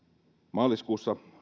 maaliskuussa